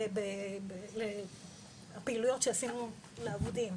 הפעילויות שעשינו לעובדים,